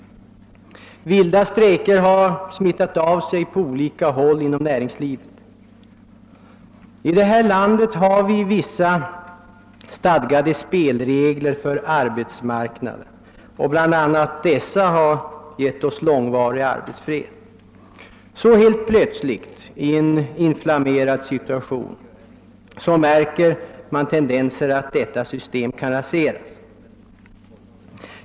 Vilda strejker har smittat av sig på olika håll inom näringslivet. I detta land har vi vissa stadgade spelregler för arbetsmarknaden, och bl.a. dessa har givit oss en långvarig arbetsfred. Så helt plötsligt i en inflammerad situation förefaller detta system börja raseras.